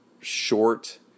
short